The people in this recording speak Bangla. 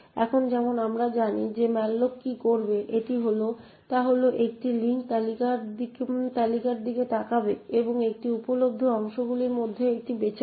এখন যেমন আমরা জানি যে malloc কী করবে তা হল এটি লিঙ্ক তালিকার দিকে তাকাবে এবং এটি উপলব্ধ অংশগুলির মধ্যে একটি বেছে নেবে